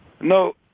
No